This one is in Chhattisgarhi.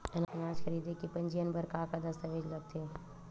अनाज खरीदे के पंजीयन बर का का दस्तावेज लगथे?